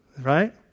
Right